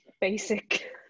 basic